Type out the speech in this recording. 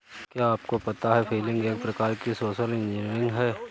क्या आपको पता है फ़िशिंग एक प्रकार की सोशल इंजीनियरिंग है?